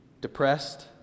Depressed